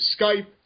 Skype